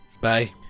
Bye